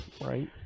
Right